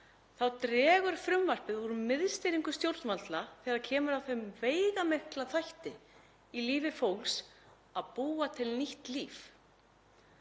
Þá dregur frumvarpið úr miðstýringu stjórnvalda þegar kemur að þeim veigamikla þætti í lífi fólks að búa til nýtt líf.